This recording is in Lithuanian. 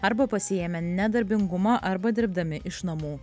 arba pasiėmę nedarbingumą arba dirbdami iš namų